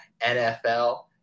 NFL